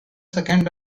second